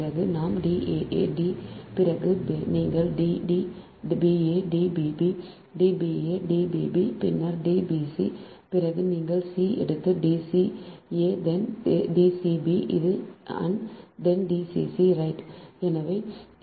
பிறகு நாம் D a a D பிறகு நீங்கள் b D b a D b b D b a D b b பின்னர் d b c பிறகு நீங்கள் c எடுத்து D c a then D c b and then D c c